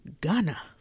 Ghana